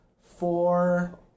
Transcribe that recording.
four